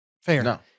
Fair